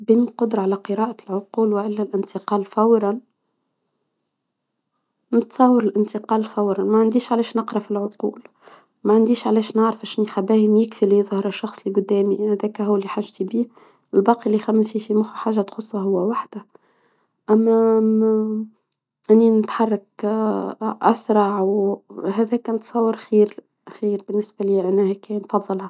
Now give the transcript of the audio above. بالقدرة على قراءة العقول وعلى الانتقال فورا منتصور الانتقال فورا ما عنديش علاش نقرا في العقول. ما عنديش علاش نعرف اش نخدم الشخص اللي قدامي انا ذاك هو اللي حاس بيه. الباقي اللي يخمم في شي حاجة تخصو هو وحده. اما اني نتحرك اسرع وهذاك نتصور خير خير بالنسبة لي انا هيك لي نفضله